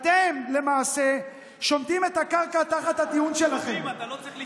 אתם למעשה שומטים את הקרקע תחת הטיעון שלכם.